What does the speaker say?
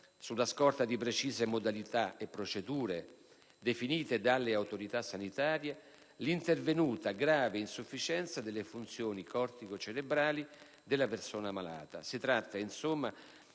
sulla scorta di precise modalità e procedure definite dalle autorità sanitarie - l'intervenuta grave insufficienza delle funzioni cortico-cerebrali della persona malata.